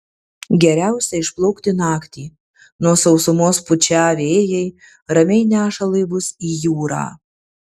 geriausia išplaukti naktį nuo sausumos pučią vėjai ramiai neša laivus į jūrą